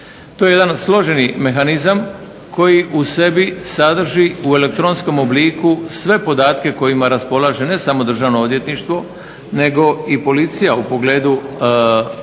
to je jedan složeni mehanizam, koji u sebi sadrži u elektronskom obliku sve podatke kojima raspolaže ne samo Državno odvjetništvo nego i policija u pogledu kaznenih